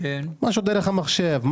משהו דרך המחשב,